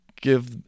give